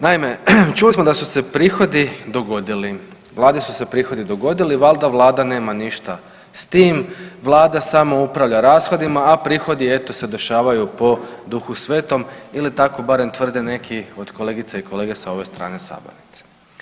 Naime, čuli smo da su se prihodi dogodili, vladi su se prihodi dogodili valda vlada nema ništa s tim, vlada samo upravlja rashodima, a prihodi eto se dešavaju po Duhu Svetom ili tako barem tvrde neki od kolegica i kolega s ove strane sabornice.